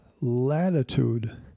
latitude